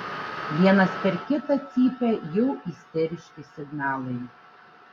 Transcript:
vienas per kitą cypia jau isteriški signalai